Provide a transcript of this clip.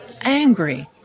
angry